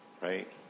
Right